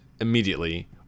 immediately